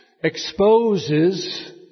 exposes